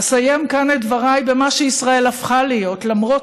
אסיים כאן את דבריי במה שישראל הפכה להיות למרות